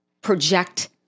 project